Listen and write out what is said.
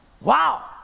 Wow